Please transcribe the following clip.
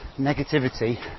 Negativity